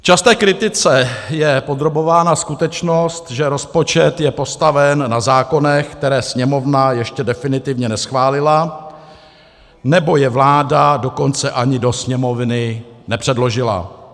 Časté kritice je podrobována skutečnost, že rozpočet je postaven na zákonech, které Sněmovna ještě definitivně neschválila, nebo je vláda dokonce ani do Sněmovny nepředložila.